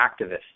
activists